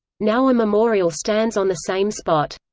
now a memorial stands on the same spot.